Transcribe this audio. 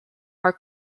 are